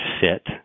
fit